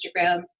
Instagram